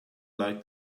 like